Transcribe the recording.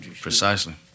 Precisely